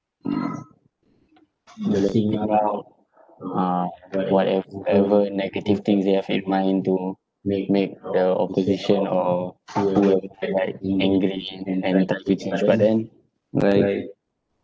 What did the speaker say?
the thing about uh whatever negative things they have in mind to make the opposition or to like angry but then like